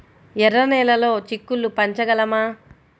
ఎర్ర నెలలో చిక్కుళ్ళు పెంచగలమా?